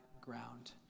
ground